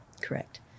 correct